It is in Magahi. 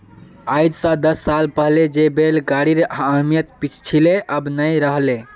आइज स दस साल पहले जे बैल गाड़ीर अहमियत छिले अब नइ रह ले